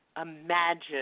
imagine